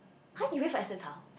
!huh! you went for S_M Town